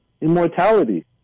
immortality